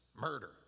Murder